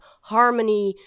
harmony